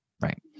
Right